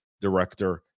director